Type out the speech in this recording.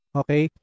okay